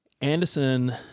Anderson